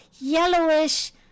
yellowish